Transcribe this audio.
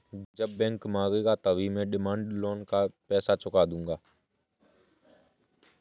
जब बैंक मांगेगा तभी मैं डिमांड लोन का पैसा चुका दूंगा